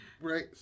Right